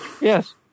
Yes